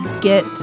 get